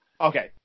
Okay